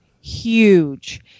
huge